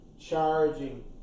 Charging